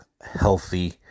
healthy